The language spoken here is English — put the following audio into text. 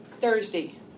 Thursday